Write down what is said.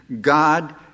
God